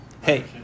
hey